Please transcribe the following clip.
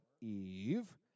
Eve